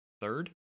third